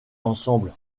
ensemble